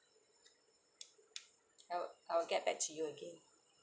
I will I will get back to you again